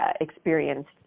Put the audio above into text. experienced